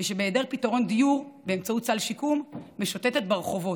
שבהיעדר פתרון דיור באמצעות סל שיקום משוטטת ברחובות,